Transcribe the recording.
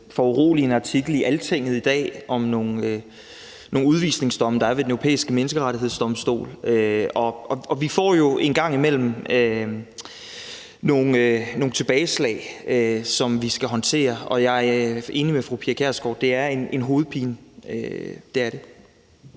foruroligende artikel i Altinget i dag om nogle udvisningsdomme, der er blevet givet ved Den Europæiske Menneskerettighedsdomstol. Og vi får jo en gang imellem nogle tilbageslag, som vi skal håndtere, og jeg er enig med fru Pia Kjærsgaard i, at det er en hovedpine – det er det.